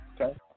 okay